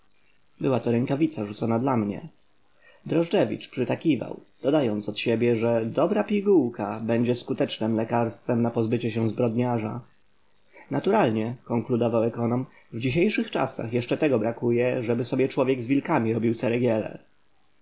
była to rękawica rzucona dla mnie drożdżewicz przytakiwał dodając od siebie że dobra pigułka będzie skutecznem lekarstwem na pozbycie się zbrodniarza naturalnie konkludował ekonom w dzisiejszych czasach jeszcze tego brakuje żeby sobie człowiek z wilkami robił ceregiele